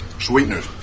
Sweeteners